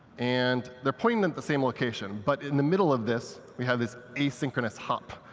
and they're pointing at the same location. but in the middle of this, we have this asynchronous hump.